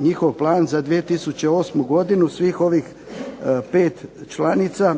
njihov plan za 2008. godinu, svih ovih 5 članica,